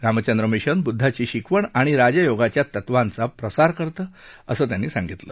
Ramchandra mission बुद्धाची शिकवण आणि राजयोगाच्या तत्वांचा प्रसार करते असं त्यांनी सांगितलं